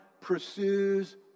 pursues